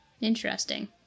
Interesting